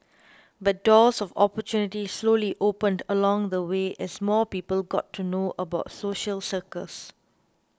but doors of opportunity slowly opened along the way as more people got to know about social circus